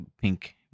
pink